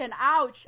Ouch